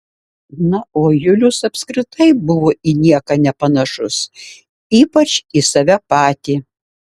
na o julius apskritai buvo į nieką nepanašus ypač į save patį